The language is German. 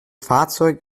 fahrzeug